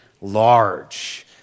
large